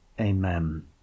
Amen